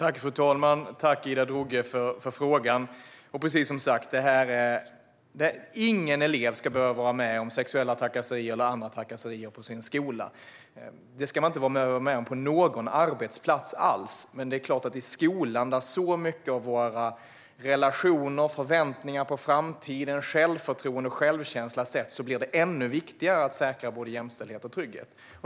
Fru talman! Tack, Ida Drougge, för frågan! Ingen elev ska behöva utsättas för sexuella trakasserier eller andra trakasserier på sin skola. Det ska man inte behöva vara med om på någon arbetsplats alls. Men i skolan, där så mycket av våra relationer, förväntningar på framtiden, självförtroende och självkänsla sätts, blir det ännu viktigare att säkra både jämställdhet och trygghet.